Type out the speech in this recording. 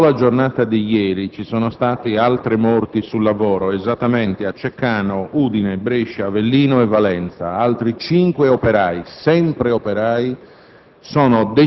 che nella sola giornata di ieri ci sono state altre morti sul lavoro ed esattamente a Ceccano, Udine, Brescia, Avellino e Valenza. Altri cinque operai - sempre operai